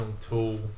tool